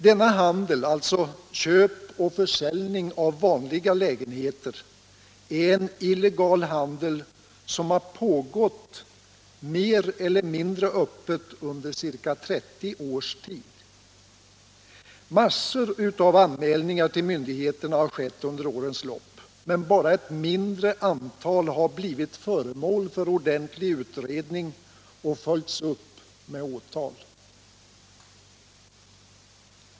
Denna handel, alltså köp och försäljning av vanliga lägenheter, är en illegal handel som pågått mer eller mindre öppet under ca 30 års tid. Mängder av anmälningar till myndigheterna har skett under årens lopp, bara ett mindre antal har blivit föremål för ordentlig utredning och följts upp med åtal.